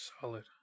Solid